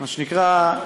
מה שנקרא,